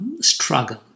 struggle